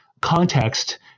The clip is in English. Context